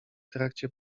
trakcie